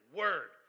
word